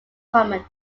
common